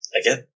again